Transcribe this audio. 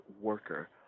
worker